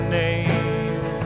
name